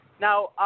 Now